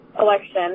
election